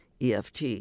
EFT